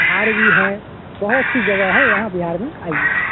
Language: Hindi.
पहाड़ भी है बहुत सी जगह है यहाँ बिहार में आइए